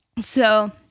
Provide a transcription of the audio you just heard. So-